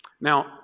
Now